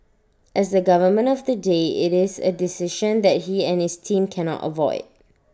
as the government of the day IT is A decision that he and his team cannot avoid